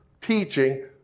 teaching